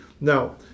now